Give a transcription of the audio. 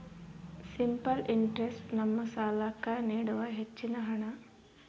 simple interest ನಮ್ಮ ಸಾಲ್ಲಾಕ್ಕ ನೀಡುವ ಹೆಚ್ಚಿನ ಹಣ್ಣ